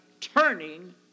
turning